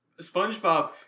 SpongeBob